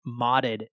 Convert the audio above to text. modded